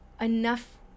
enough